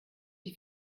die